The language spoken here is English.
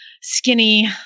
skinny